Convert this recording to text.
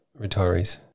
retirees